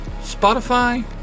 Spotify